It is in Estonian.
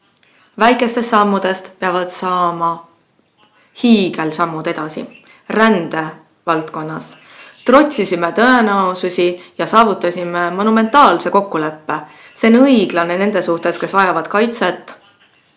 Väikestest sammudest peavad saama hiigelhüpped. Rändevaldkonnas trotsisime tõenäosusi ja saavutasime monumentaalse kokkuleppe. See on õiglane nende suhtes, kes vajavad kaitset,